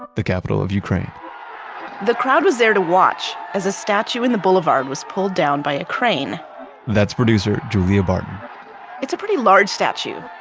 the capital of ukraine the crowd was there to watch, as a statue in the boulevard was pulled down by a crane that's producer julia barton it's a pretty large statue.